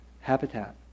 habitat